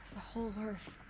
the whole earth.